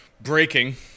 Breaking